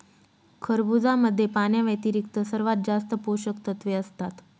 खरबुजामध्ये पाण्याव्यतिरिक्त सर्वात जास्त पोषकतत्वे असतात